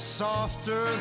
softer